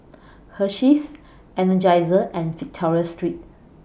Hersheys Energizer and Victoria Secret